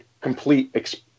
complete